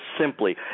simply